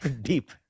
deep